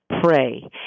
Pray